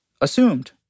assumed